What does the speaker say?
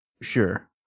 Sure